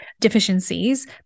deficiencies